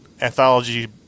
anthology